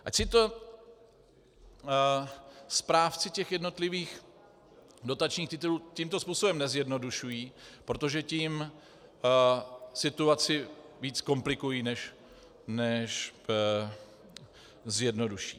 Ať si to správci jednotlivých dotačních titulů tímto způsobem nezjednodušují, protože tím situaci víc komplikují než zjednoduší.